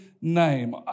name